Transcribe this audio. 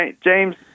James